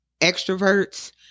extroverts